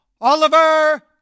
Oliver